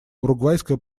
уругвайское